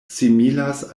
similas